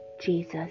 jesus